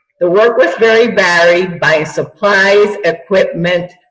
the work was very varied by surprise equipment,